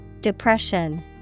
Depression